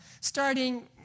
starting